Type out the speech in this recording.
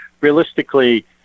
realistically